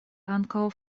ankaŭ